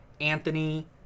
Anthony